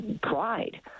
pride